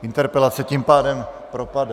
Interpelace tím pádem propadá.